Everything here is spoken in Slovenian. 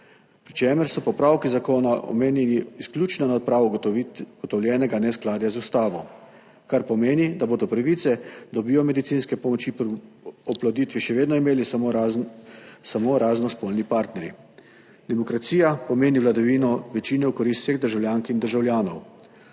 pri čemer so popravki zakona omenjeni izključno na odpravo ugotovljenega neskladja z ustavo, kar pomeni, da bodo pravice do biomedicinske pomoči pri oploditvi še vedno imeli samo raznospolni partnerji. Demokracija pomeni vladavino večine v korist vseh državljank in državljanov.